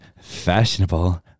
Fashionable